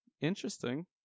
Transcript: interesting